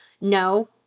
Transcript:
no